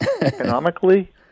economically